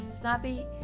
snappy